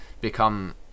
become